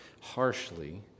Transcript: harshly